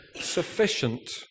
sufficient